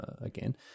again